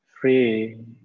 free